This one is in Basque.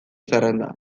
zerrenda